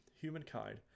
Humankind